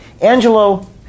Angelo